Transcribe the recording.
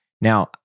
Now